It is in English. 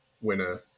winner